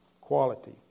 quality